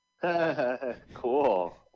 Cool